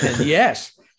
Yes